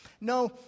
No